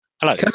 Hello